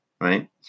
right